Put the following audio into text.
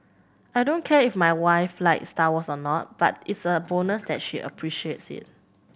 I don't care if my wife likes Star Wars or not but it's a bonus that she appreciates it